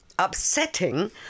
upsetting